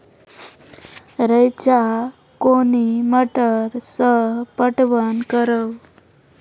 रेचा कोनी मोटर सऽ पटवन करव?